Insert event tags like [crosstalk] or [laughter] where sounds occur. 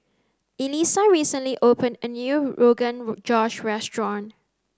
Elisa recently opened a new rogan [unintelligible] josh restaurant